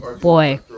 Boy